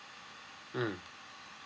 mm